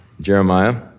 Jeremiah